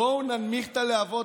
בואו ננמיך את הלהבות.